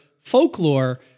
folklore